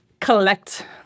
collect